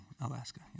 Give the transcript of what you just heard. Alaska